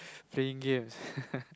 playing games